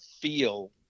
feel